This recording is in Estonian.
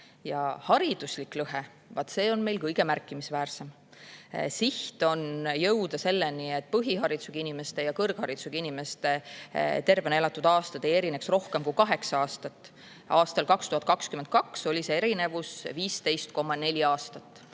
Ja hariduslik lõhe – vaat see on meil kõige märkimisväärsem. Siht on jõuda selleni, et põhiharidusega inimeste ja kõrgharidusega inimeste tervena elatud aastad ei erineks rohkem kui kaheksa aastat. Aastal 2022 oli see erinevus 15,4 aastat